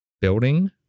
building